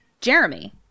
Jeremy